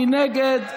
מי נגד?